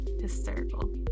hysterical